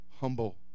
humble